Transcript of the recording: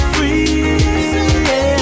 Free